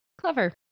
clever